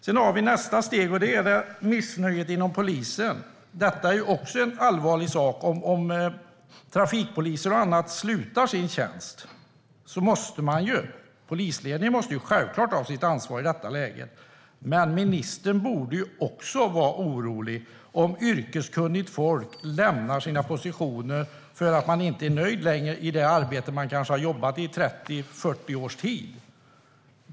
Sedan har vi nästa steg, och det är missnöjet inom polisen. Det är också en allvarlig sak. Om trafikpoliser och andra slutar sin tjänst måste polisledningen självklart ta sitt ansvar i det läget. Men ministern borde också vara orolig om yrkeskunnigt folk lämnar sina positioner därför att de inte längre är nöjda i det arbete där de kanske har jobbat i 30-40 års tid.